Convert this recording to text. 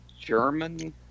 German